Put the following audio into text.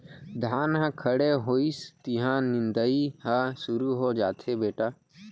धान ह खड़े होइस तिहॉं निंदई ह सुरू हो जाथे बेटा